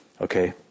Okay